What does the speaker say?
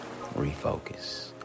refocus